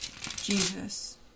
Jesus